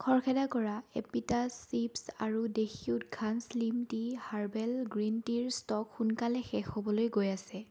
খৰখেদা কৰা এপিটাছ চিপচ আৰু দেশী উত্থান শ্লিম টি হাৰ্বেল গ্ৰীণ টিৰ ষ্ট'ক সোনকালে শেষ হ'বলৈ গৈ আছে